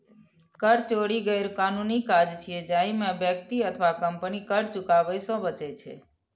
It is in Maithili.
कर चोरी गैरकानूनी काज छियै, जाहि मे व्यक्ति अथवा कंपनी कर चुकाबै सं बचै छै